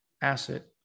asset